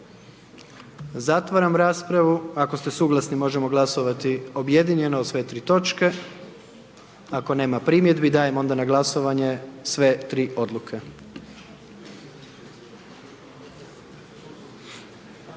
Zatvaram raspravu, ako ste suglasni možemo glasovat objedinjeno o sve tri točke. Ako nema primjedbi, dajem onda na glasovanje, sve tri odluke.